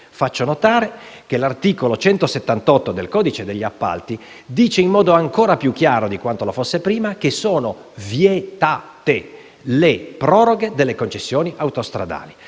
Faccio notare che l'articolo 178 del codice degli appalti dice in modo ancora più chiaro di quanto lo fosse prima che sono vietate le proroghe delle concessioni autostradali.